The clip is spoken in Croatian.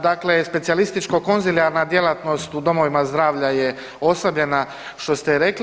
Dakle, specijalističko konzilijarna djelatnost u domovima zdravlja je oslabljena što ste rekli.